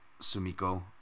Sumiko